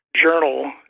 journal